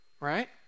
right